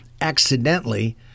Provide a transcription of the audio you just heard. accidentally